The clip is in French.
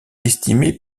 estimé